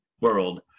world